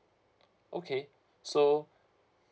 okay so